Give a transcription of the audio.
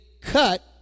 cut